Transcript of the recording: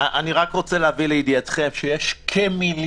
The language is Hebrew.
אני רק רוצה להביא לידיעתכם שיש כמיליון